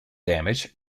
damage